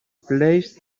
placed